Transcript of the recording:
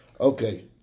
Okay